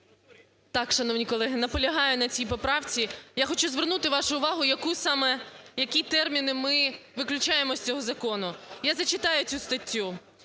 Так, шановні колеги, наполягаю на цій поправці. Я хочу звернути вашу увагу, яку саме… які терміни ми виключаємо з цього закону я зачитаю цю статтю.